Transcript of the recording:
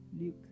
luke